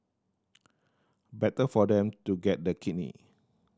better for them to get the kidney